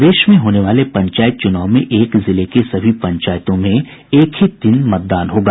प्रदेश में होने वाले पंचायत चुनाव में एक जिले के सभी पंचायतों में एक ही दिन मतदान होगा